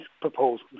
proposals